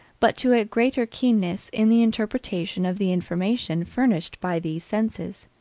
but to a greater keenness in the interpretation of the information furnished by these senses.